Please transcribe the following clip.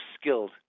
skilled